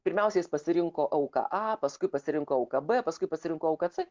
pirmiausia jis pasirinko auką a paskui pasirinko auką b paskui pasirinko auką c